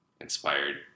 inspired